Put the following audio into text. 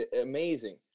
amazing